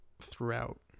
throughout